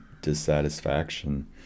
dissatisfaction